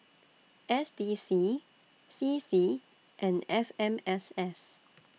S D C C C and F M S S